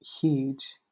huge